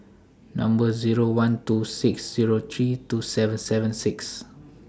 Number Zero one two six Zero three two seven seven six